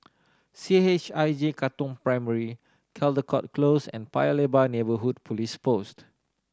C H I J Katong Primary Caldecott Close and Paya Lebar Neighbourhood Police Post